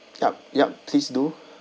yup yup please do